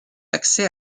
accès